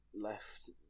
left